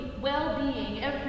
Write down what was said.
well-being